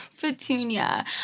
Petunia